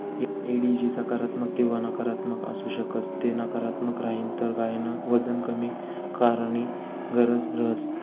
एडिजी सकारात्मक किंवा नकारात्मक आसू शकस ते नकारात्मक राहीन तर गायन वजन कमी कराणी गरज रहस